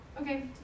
Okay